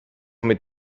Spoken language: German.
mit